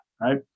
right